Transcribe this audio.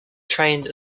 trained